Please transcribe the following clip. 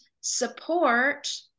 support